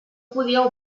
podia